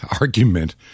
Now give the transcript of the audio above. argument